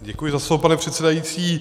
Děkuji za slovo, pane předsedající.